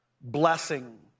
blessing